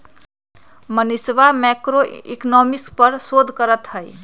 मनीषवा मैक्रोइकॉनॉमिक्स पर शोध करते हई